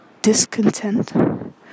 discontent